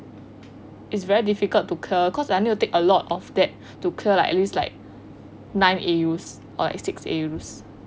it's very difficult to clear cause I need to take a lot of that to clear like at least like nine A_U or like six A_U